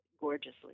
gorgeously